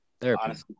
therapy